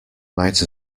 might